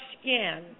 skin